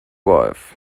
wife